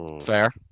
Fair